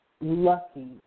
lucky